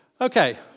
Okay